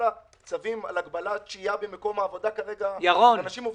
כל הצווים על הגבלת שהייה במקום העבודה כרגע - אנשים עובדים.